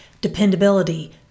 dependability